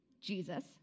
Jesus